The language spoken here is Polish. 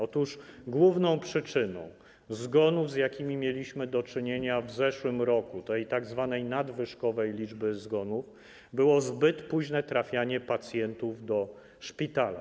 Otóż główną przyczyną zgonów, z jakimi mieliśmy do czynienia w zeszłym roku, tej tzw. nadwyżkowej liczby zgonów, było zbyt późne trafianie pacjentów do szpitala.